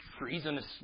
treasonous